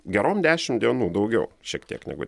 gerom dešim dienų daugiau šiek tiek negu